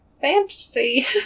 fantasy